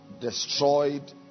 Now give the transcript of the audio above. destroyed